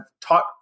taught